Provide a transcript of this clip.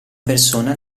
persona